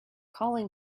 calling